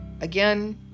Again